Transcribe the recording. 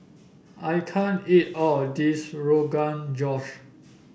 I can't eat all of this Rogan Josh